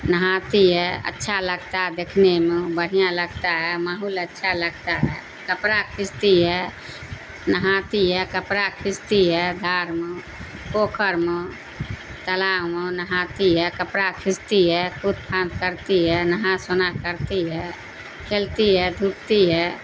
نہاتی ہے اچھا لگتا ہے دیکھنے میں بڑھیا لگتا ہے ماحول اچھا لگتا ہے کپڑا کھینچتی ہے نہاتی ہے کپڑا کھینچتی ہے دھار میں پوکھر میں تالاب میں نہاتی ہے کپڑا کھینچتی ہے کود پھاند کرتی ہے نہا سنا کرتی ہے کھیلتی ہے دھپتی ہے